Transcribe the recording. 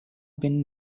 been